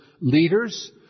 leaders